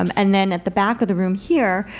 um and then at the back of the room here,